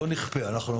מה